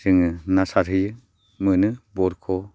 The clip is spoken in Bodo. जोङो ना सारहैयो मोनो बरख'